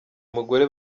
umugore